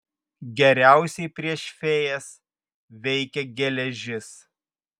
geriausiai prieš fėjas veikia geležis